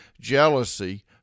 jealousy